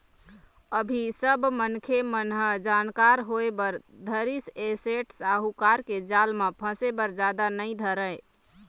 अभी सब मनखे मन ह जानकार होय बर धरिस ऐ सेठ साहूकार के जाल म फसे बर जादा नइ धरय